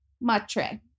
Matre